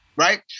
Right